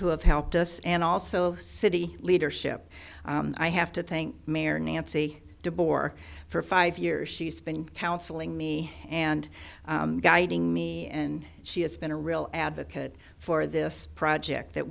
who have helped us and also city leadership i have to thank mayor nancy de boer for five years she's been counseling me and guiding me and she has been a real advocate for this project that